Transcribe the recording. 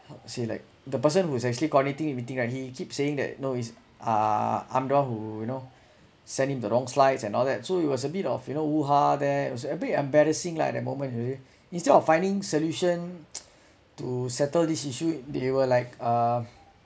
how to say like the person who's actually coordinating everything right he keep saying that no it's uh I'm the one who you know sending the wrong slides and all that so it was a bit of you know hoo ha there it was a bit embarrassing lah the moment instead of finding solution to settle this issue they were like uh